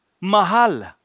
Mahal